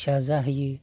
फिसा जोहोयो